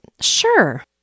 Sure